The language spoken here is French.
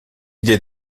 idée